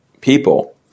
people